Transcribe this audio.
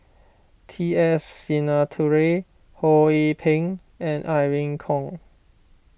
T S Sinnathuray Ho Yee Ping and Irene Khong